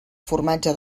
formatge